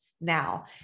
now